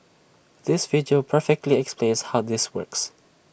this video perfectly explains how this works